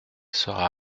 sera